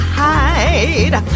hide